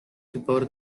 devoted